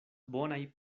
bonaj